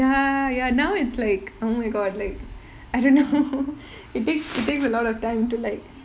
ya ya now it's like oh my god like I don't know how it take~ it takes a lot of time to like